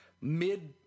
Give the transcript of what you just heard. mid